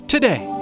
Today